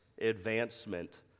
advancement